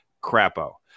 Crapo